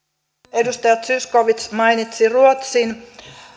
edustaja zyskowicz mainitsi ruotsin